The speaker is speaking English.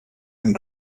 and